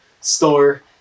store